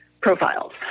profiles